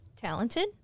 talented